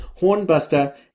Hornbuster